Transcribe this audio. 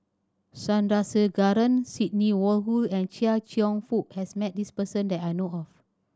Sandrasegaran Sidney Woodhull and Chia Cheong Fook has met this person that I know of